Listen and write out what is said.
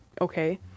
Okay